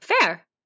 Fair